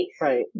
Right